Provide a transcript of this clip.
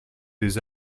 des